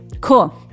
Cool